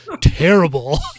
terrible